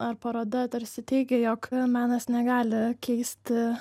ar paroda tarsi teigė jog menas negali keisti